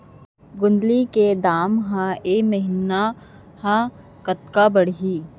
गोंदली के दाम ह ऐ महीना ह कतका बढ़ही?